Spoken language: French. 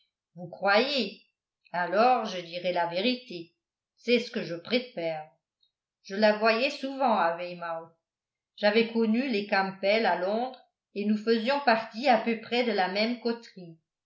vous croyez alors je dirai la vérité c'est ce que je préfère je la voyais souvent à weymouth j'avais connu les campbell à londres et nous faisions partie à peu près de la même coterie